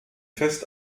fest